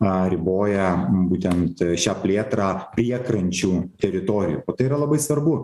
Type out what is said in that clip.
a riboja būtent šią plėtrą priekrančių teritorijų o tai yra labai svarbu